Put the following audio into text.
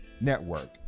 Network